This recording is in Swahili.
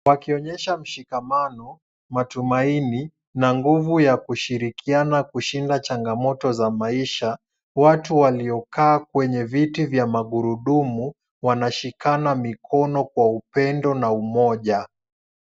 Wakionyesha mshikamano, matumaini na nguvu ya kushirikiana kushinda changamoto za maisha, watu waliokaa kwenye viti vya magurudumu, wanashikana mikono kwa upendo na umoja.